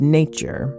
nature